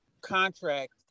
contract